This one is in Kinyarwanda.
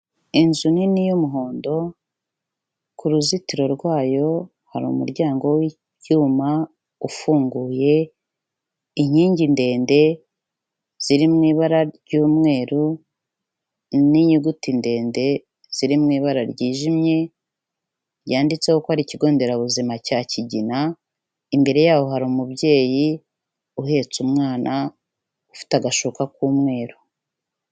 Inzu nini y'umuhondo ku ruzitiro rwayo hari umuryango w'icyuma ufunguye, inkingi ndende ziri mu ibara ry'umweru, n'inyuguti ndende ziri mu ibara ryijimye, ryanditseho ko ari ikigo nderabuzima cya Kigina, imbere yaho hari umubyeyi uhetse umwana ufite agashuka k'umweru.